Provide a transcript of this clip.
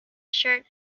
shirt